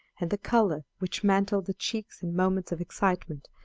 and the color, which mantled the cheeks in moments of excitement,